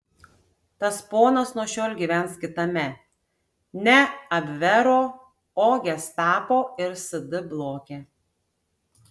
tas ponas nuo šiol gyvens kitame ne abvero o gestapo ir sd bloke